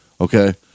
okay